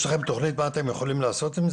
דבר נוסף,